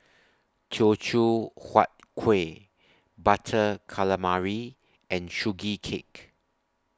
Teochew Huat Kueh Butter Calamari and Sugee Cake